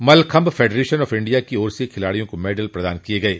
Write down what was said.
mallakhamb federation of India की ओर से खिलाड़ियों को मैडल प्रदान किये गये